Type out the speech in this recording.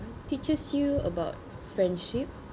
teaches you about friendship